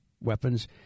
weapons